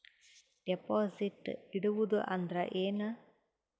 Deposit ಇಡುವುದು ಅಂದ್ರ ಏನ?